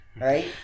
Right